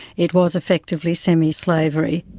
it was effectively semi-slavery.